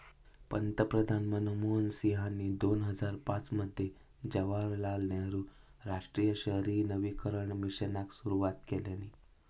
पंतप्रधान मनमोहन सिंहानी दोन हजार पाच मध्ये जवाहरलाल नेहरु राष्ट्रीय शहरी नवीकरण मिशनाक सुरवात केल्यानी